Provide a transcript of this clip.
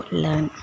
learn